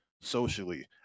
socially